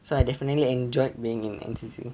so I definitely enjoyed being in N_C_C